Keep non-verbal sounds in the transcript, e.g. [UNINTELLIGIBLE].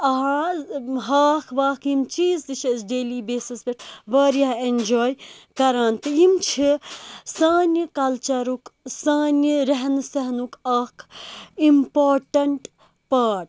[UNINTELLIGIBLE] ہاکھ واکھ یِم چیز تہِ چھ أسۍ ڈیلی بِیسَس پٮ۪ٹھ واریاہ ایٚنجاے کَران تہٕ یِم چھ سانہِ کَلچَرُک سانہِ رِہنہٕ سِہنُک اَکھ اِمپاٹَنٹ پارٹ